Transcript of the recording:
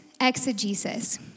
exegesis